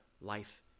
life